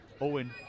Owen